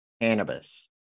cannabis